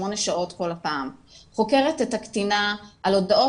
שמונה שעות כל פעם את חוקרת את הקטינה על הודעות